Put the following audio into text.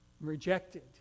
rejected